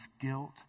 guilt